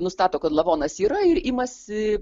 nustato kad lavonas yra ir imasi